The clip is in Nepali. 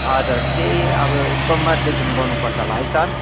हजार त्यही अब सोमवारदेखि गर्नुपर्छ होला है सर